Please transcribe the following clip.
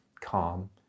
calm